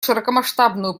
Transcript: широкомасштабную